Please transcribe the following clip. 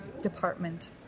Department